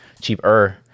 cheaper